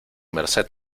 merced